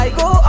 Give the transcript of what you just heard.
go